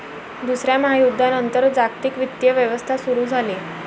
दुसऱ्या महायुद्धानंतर जागतिक वित्तीय व्यवस्था सुरू झाली